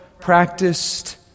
practiced